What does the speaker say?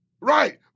Right